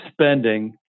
spending